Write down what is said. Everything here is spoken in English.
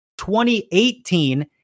2018